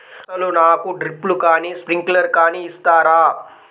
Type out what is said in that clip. అసలు నాకు డ్రిప్లు కానీ స్ప్రింక్లర్ కానీ ఇస్తారా?